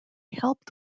helped